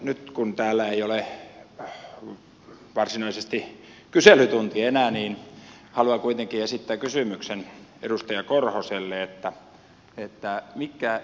nyt kun täällä ei ole varsinaisesti kyselytunti enää haluan kuitenkin esittää kysymyksen edustaja korhoselle